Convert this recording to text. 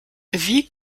wie